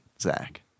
Zach